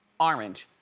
orange,